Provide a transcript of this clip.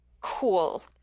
cool